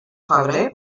febrer